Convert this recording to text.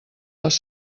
les